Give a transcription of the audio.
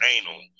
anal